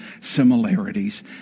similarities